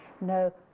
no